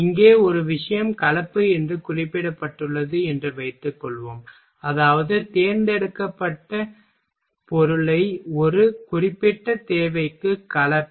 இங்கே ஒரு விஷயம் கலப்பு என்று குறிப்பிடப்பட்டுள்ளது என்று வைத்துக்கொள்வோம் அதாவது தேர்ந்தெடுக்கப்பட்ட வேட்பாளர் ஒரு குறிப்பிட்ட தேவைக்கு கலப்பு